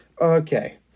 Okay